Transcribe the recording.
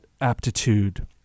aptitude